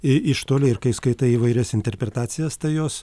iš toli ir kai skaitai įvairias interpretacijas tai jos